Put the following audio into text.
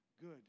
good